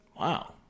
Wow